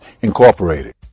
Incorporated